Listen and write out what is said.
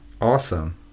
Awesome